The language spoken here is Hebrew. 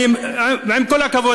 עם כל הכבוד,